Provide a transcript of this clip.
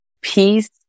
Peace